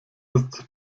ist